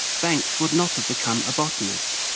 banks would not have become a botanist.